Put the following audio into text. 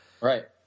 right